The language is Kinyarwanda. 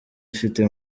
ifite